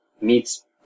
Meets